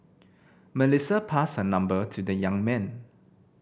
Melissa passed her number to the young man